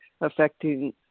affecting